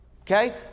okay